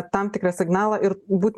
tam tikrą signalą ir būt